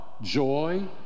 joy